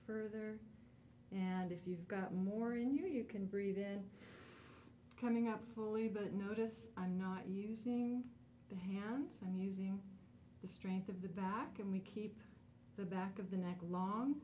further and if you've got more in you you can breathe then coming up fully but notice i'm not using the handsome using the strength of the back and we keep the back of the neck long